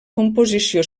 composició